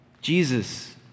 Jesus